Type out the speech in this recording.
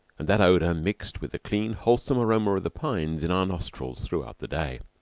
and that odor mixed with the clean, wholesome aroma of the pines in our nostrils throughout the day.